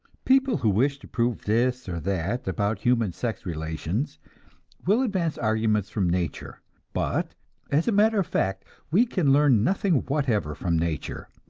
people who wish to prove this or that about human sex relations will advance arguments from nature but as a matter of fact we can learn nothing whatever from nature,